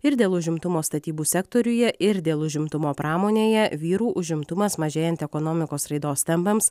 ir dėl užimtumo statybų sektoriuje ir dėl užimtumo pramonėje vyrų užimtumas mažėjant ekonomikos raidos tempams